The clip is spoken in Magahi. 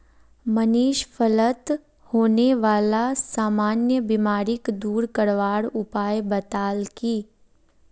मनीष फलत होने बाला सामान्य बीमारिक दूर करवार उपाय बताल की